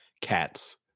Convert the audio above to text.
Cats